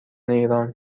ایران